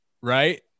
right